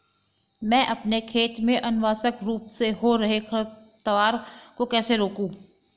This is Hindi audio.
मैं अपने खेत में अनावश्यक रूप से हो रहे खरपतवार को कैसे रोकूं?